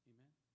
Amen